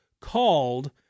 called